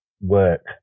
work